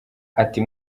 ati